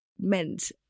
Meant